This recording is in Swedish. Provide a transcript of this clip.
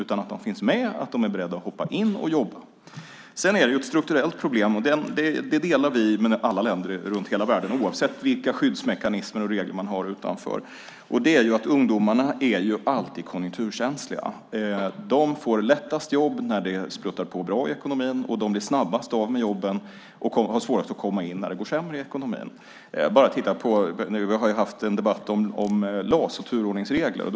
De måste finnas med och vara beredda att hoppa in och jobba. Det finns ett strukturellt problem som vi delar med alla länder runt hela världen oavsett vilka skyddsmekanismer och regler man har utanför. Ungdomar är alltid konjunkturkänsliga. De får lättast jobb när det spruttar på bra i ekonomin, och de blir snabbast av med jobben och har svårast att komma in när det går sämre i ekonomin. Vi har ju haft en debatt om LAS och turordningsreglerna.